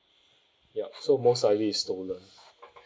ya so most likely is stolen